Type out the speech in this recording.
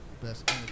best